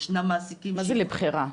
ישנם מעסיקים --- מה זה לבחירה?